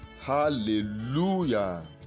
hallelujah